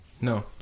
No